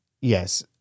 Yes